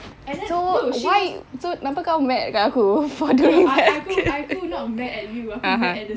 so why so kenapa kau mad kat aku for the okay (uh huh)